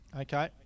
Okay